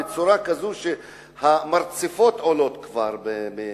המרצפות כבר עולות מהרצפה.